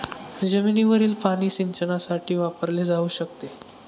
जमिनीवरील पाणी सिंचनासाठी वापरले जाऊ शकते